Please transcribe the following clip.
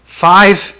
five